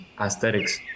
aesthetics